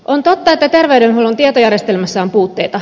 on totta että terveydenhuollon tietojärjestelmässä on puutteita